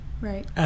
right